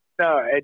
No